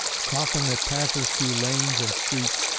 coffin that passes through lanes and streets,